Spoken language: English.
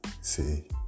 see